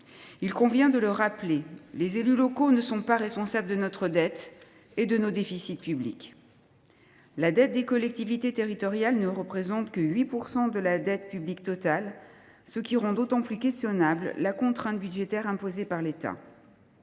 Il convient de le rappeler : les élus locaux ne sont pas responsables de notre dette et de nos déficits publics. La dette des collectivités territoriales ne représente que 8 % de la dette publique totale, ce qui rend d’autant plus questionnable la contrainte budgétaire imposée par l’État.